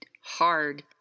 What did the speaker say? hard